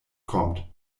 kommt